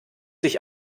sich